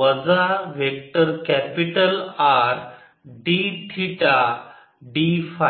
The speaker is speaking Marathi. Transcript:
वजा vector capital R d theta d five